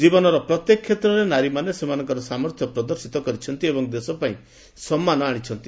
ଜୀବନର ପ୍ରତ୍ୟେକ କ୍ଷେତ୍ରରେ ନାରୀମାନେ ସେମାନଙ୍କର ସାମର୍ଥ୍ୟ ପ୍ରଦର୍ଶିତ କରିଛନ୍ତି ଏବଂ ଦେଶପାଇଁ ସମ୍ମାନ ଆଶିଛନ୍ତି